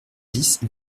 dix